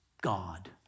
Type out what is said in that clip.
God